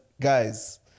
guys